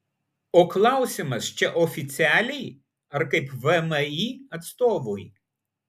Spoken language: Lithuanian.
o klausimas čia oficialiai ar kaip vmi atstovui